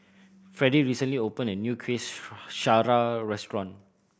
Freddie recently opened a new kuih syara restaurant